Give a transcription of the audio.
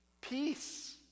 Peace